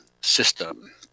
system